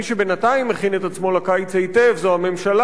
מי שבינתיים מכין את עצמו לקיץ היטב זו הממשלה,